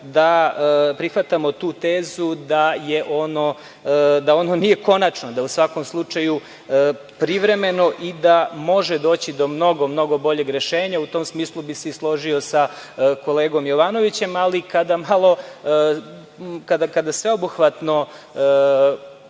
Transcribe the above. ali prihvatamo tu tezu da ono nije konačno, da je u svakom slučaju privremeno i da može doći do mnogo, mnogo boljeg rešenja. U tom smislu bih se i složio sa kolegom Jovanovićem. Kada sveobuhvatno